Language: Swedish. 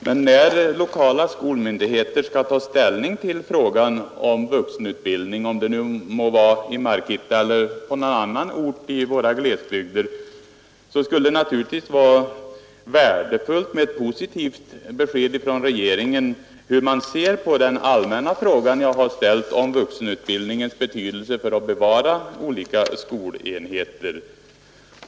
Herr talman! Men när lokala skolmyndigheter skall ta ställning till frågan om vuxenutbildning — det må vara i Markitta eller på någon annan ort i våra glesbygder — skulle det naturligtvis vara värdefullt med ett positivt besked från regeringen hur man ser på den allmänna fråga som jag har ställt om vuxenutbildningens betydelse för att bevara olika skolenheter.